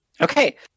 Okay